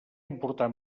importar